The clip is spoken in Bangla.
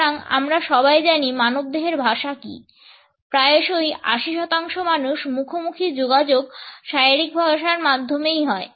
সুতরাং আমরা সবাই জানি মানব দেহের ভাষা কি প্রায়শই 80 শতাংশ পর্যন্ত মুখোমুখি যোগাযোগ শারীরিক ভাষার মাধ্যমেই হয়